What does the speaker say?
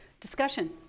Discussion